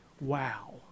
wow